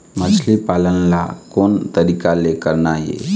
मछली पालन ला कोन तरीका ले करना ये?